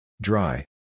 Dry